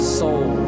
soul